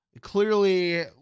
Clearly